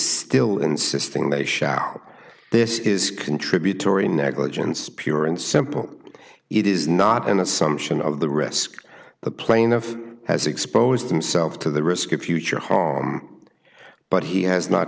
still insisting they shall this is contributory negligence pure and simple it is not an assumption of the risk the plaintiff has exposed himself to the risk of future harm but he has not